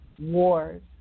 wars